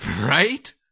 Right